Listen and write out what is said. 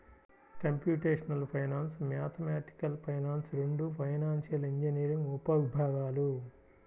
computational finance, mathematical finance రెండూ financial engineering ఉపవిభాగాలు